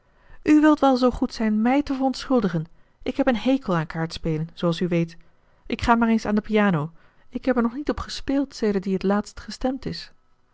u wilt wel zoo goed zijn mij te verontschuldigen ik heb een hekel aan kaartspelen zooals u weet ik ga maar eens aan de piano ik heb er nog niet op gespeeld sedert die t laatst gestemd is